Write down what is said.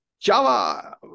Java